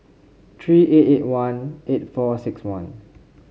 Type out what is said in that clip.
three eight eight one eight four six one